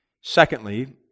Secondly